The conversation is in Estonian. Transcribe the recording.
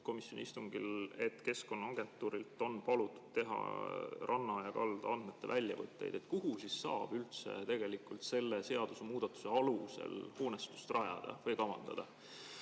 komisjoni istungil, et Keskkonnaagentuuril on palutud teha ranna- ja kaldaandmete väljavõtteid, kuhu saab üldse selle seadusemuudatuse alusel hoonestust rajada või kavandada.